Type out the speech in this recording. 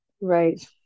Right